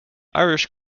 irish